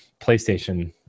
PlayStation